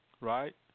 Right